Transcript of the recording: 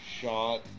shot